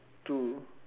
two